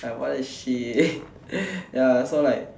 like what the shit ya so like